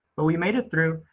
but we made it through,